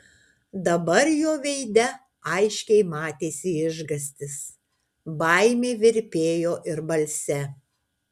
dabar jo veide aiškiai matėsi išgąstis baimė virpėjo ir balse